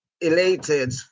elated